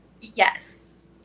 yes